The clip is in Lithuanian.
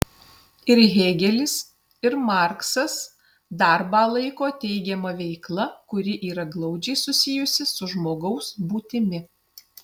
ir hėgelis ir marksas darbą laiko teigiama veikla kuri yra glaudžiai susijusi su žmogaus būtimi